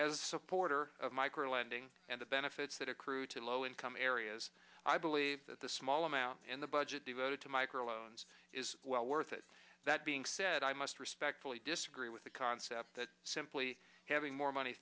a supporter of micro lending and the benefits that accrue to low income areas i believe that the small amount in the budget devoted to micro loans is well worth it that being said i must respectfully disagree with the concept that simply having more money